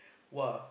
!wah!